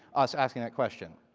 us asking that question.